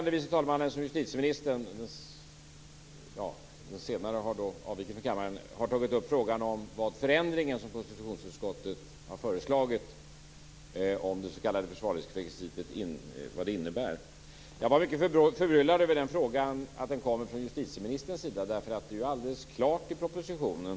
den senare har nu avvikit från kammaren - har tagit upp frågan om vad den förändring som konstitutionsutskottet har föreslagit i fråga om det s.k. försvarlighetsrekvisitet innebär. Jag var mycket förbryllad över att denna fråga kom från justitieministern. Det är ju alldeles klart i propositionen ...